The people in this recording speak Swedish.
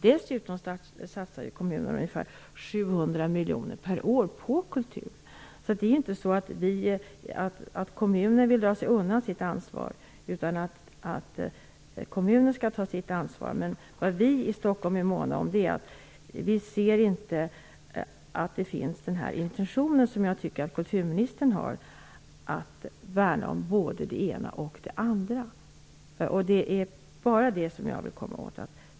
Dessutom satsar kommunen ungefär 700 miljoner per år på kultur. Det är inte så att kommunen drar sig undan sitt ansvar, utan kommunen tar sitt ansvar. Men vi i Stockholm upplever att intentionen att värna både det ena och det andra, som kulturministern har, inte finns. Det är detta jag ville påpeka.